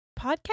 podcast